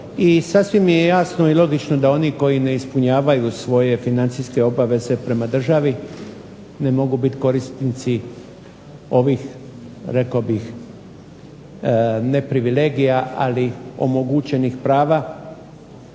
sasvim je jasno i logično da oni koji ne ispunjavaju svoje financijske obaveze prema državi ne mogu biti korisnici ovih rekao bih ne privilegija, ali omogućenih prava